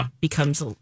becomes